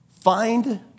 Find